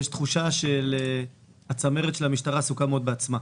יש תחושה שהצמרת של המשטרה עסוקה מאוד בעצמה.